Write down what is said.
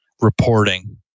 reporting